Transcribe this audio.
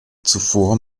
zuvor